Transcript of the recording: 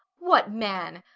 what, man!